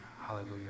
Hallelujah